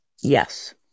Yes